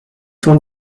sont